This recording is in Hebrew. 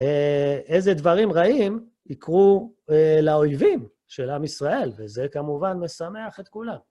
איזה דברים רעים יקרו לאויבים של עם ישראל, וזה כמובן משמח את כולם.